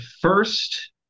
first